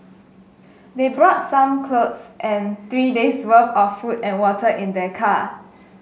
they brought some clothes and three days' worth of food and water in their car